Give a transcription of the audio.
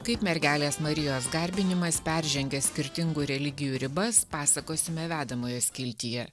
kaip mergelės marijos garbinimas peržengia skirtingų religijų ribas pasakosime vedamojo skiltyje